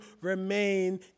remain